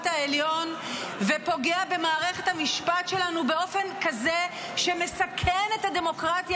העליון ופוגע במערכת המשפט שלנו באופן כזה שמסכן את הדמוקרטיה